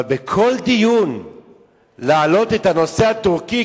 אבל בכל דיון להעלות את הנושא הטורקי,